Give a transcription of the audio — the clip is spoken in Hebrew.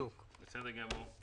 בסדר גמור.